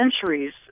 centuries